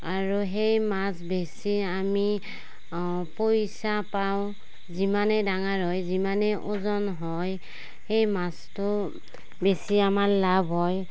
আৰু সেই মাছ বেচি আমি পইচা পাওঁ যিমানেই ডাঙৰ হয় যিমানে ওজন হয় সেই মাছটো বেচি আমাৰ লাভ হয়